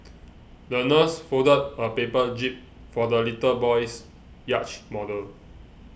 the nurse folded a paper jib for the little boy's yacht model